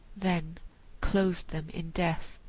then closed them in death.